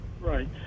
Right